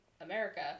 America